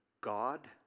God